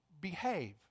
behave